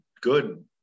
good